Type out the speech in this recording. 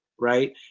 right